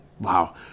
Wow